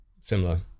similar